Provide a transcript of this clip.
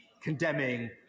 condemning